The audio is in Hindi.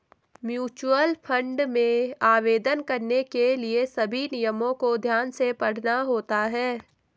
म्यूचुअल फंड में आवेदन करने के लिए सभी नियमों को ध्यान से पढ़ना होता है